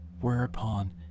Whereupon